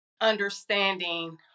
understanding